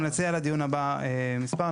אנחנו נציע לדיון הבא מספר.